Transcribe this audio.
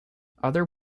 other